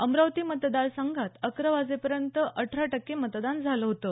अमरावती मतदार संघात अकरा वाजेपर्यंत अठरा टक्के मतदान झालं होतं